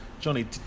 Johnny